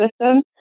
system